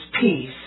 peace